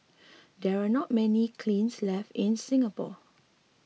there are not many kilns left in Singapore